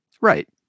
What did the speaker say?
Right